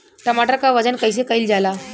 टमाटर क वजन कईसे कईल जाला?